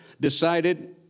decided